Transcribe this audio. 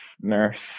nurse